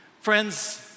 Friends